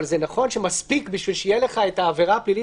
אבל זה נכון שמספיק בשביל שיהיה לך את העבירה הפלילית,